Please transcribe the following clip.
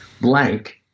Blank